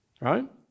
Right